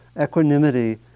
equanimity